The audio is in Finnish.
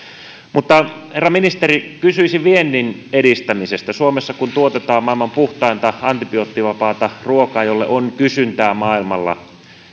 mutta herra ministeri kysyisin viennin edistämisestä suomessa kun tuotetaan maailman puhtainta antibioottivapaata ruokaa jolle on kysyntää maailmalla